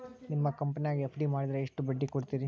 ನಿಮ್ಮ ಕಂಪನ್ಯಾಗ ಎಫ್.ಡಿ ಮಾಡಿದ್ರ ಎಷ್ಟು ಬಡ್ಡಿ ಕೊಡ್ತೇರಿ?